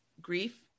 grief